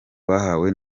bahawe